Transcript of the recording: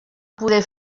poder